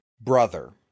brother